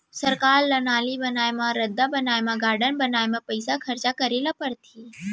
सरकार ल नाली बनाए म, रद्दा बनाए म, गारडन बनाए म पइसा खरचा करे ल परथे